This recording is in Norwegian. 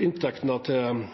inntektene som